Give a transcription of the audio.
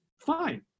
fine